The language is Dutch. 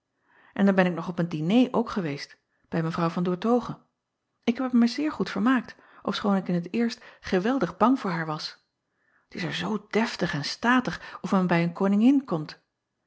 n dan ben ik nog op een diner ook geweest bij w an oertoghe k heb er mij zeer goed vermaakt ofschoon ik in t eerst geweldig bang voor haar was t s er zoo deftig en statig of men bij een koningin komt